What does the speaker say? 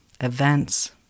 events